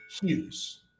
Hughes